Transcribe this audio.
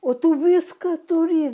o tu viską turi